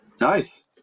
Nice